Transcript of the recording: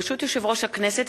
ברשות יושב-ראש הכנסת,